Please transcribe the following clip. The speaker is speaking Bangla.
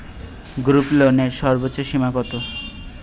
গ্রুপলোনের সর্বোচ্চ সীমা কত?